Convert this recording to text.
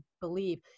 believe